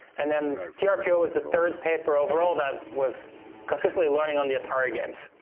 and then, trpo was the third paper overall that was consistently learning on the atari games.